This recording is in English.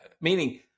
Meaning